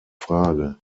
frage